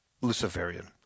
Luciferian